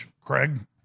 Craig